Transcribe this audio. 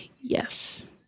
Yes